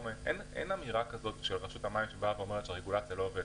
אין אמירה של רשות המים שהרגולציה לא עובדת.